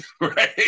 Right